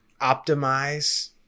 optimize